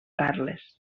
carles